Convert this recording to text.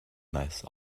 nice